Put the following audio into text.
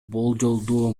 болжолдуу